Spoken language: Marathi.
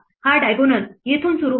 हा diagonal येथून सुरू होतो